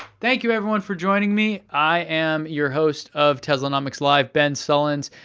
thank you everyone for joining me, i am your host of teslanomics live, ben sullens,